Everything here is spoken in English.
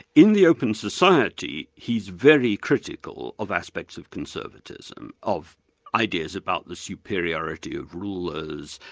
in the open society he's very critical of aspects of conservatism, of ideas about the superiority of rulers,